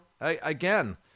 again